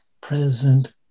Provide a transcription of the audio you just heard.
present